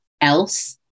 else